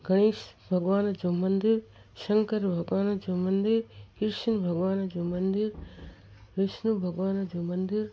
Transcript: गणेश भॻवान जो मंदरु शंकर भॻवान जो मंदरु कृष्न भॻवान जो मंदरु विष्नू भॻवान जो मंदरु